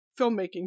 filmmaking